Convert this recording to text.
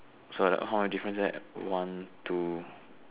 so like that how many difference there one two